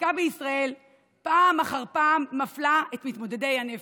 החקיקה בישראל פעם אחר פעם מפלה את מתמודדי הנפש,